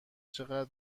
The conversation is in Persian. چقدر